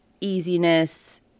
easiness